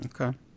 Okay